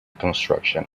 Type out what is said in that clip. construction